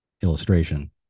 illustration